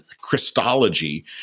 Christology